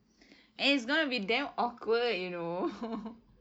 and it's going to be damn awkward you know